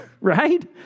Right